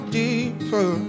deeper